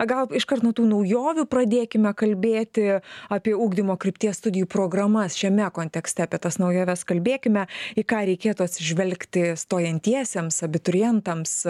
gal iškart nuo tų naujovių pradėkime kalbėti apie ugdymo krypties studijų programas šiame kontekste apie tas naujoves kalbėkime į ką reikėtų atsižvelgti stojantiesiems abiturientams